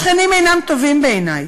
השכנים אינם טובים בעיני.